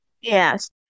Yes